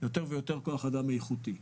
יותר ויותר כוח אדם איכותי.